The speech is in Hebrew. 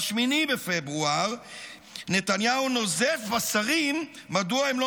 ב-8 בפברואר נתניהו נוזף בשרים מדוע הם לא